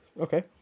Okay